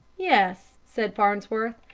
yes, said farnsworth.